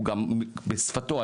בשפתו.